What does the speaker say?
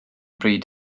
bryd